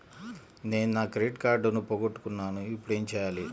నేను నా క్రెడిట్ కార్డును పోగొట్టుకున్నాను ఇపుడు ఏం చేయాలి?